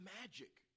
magic